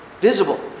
visible